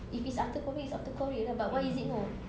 if it's after COVID it's after korea lah but why is it no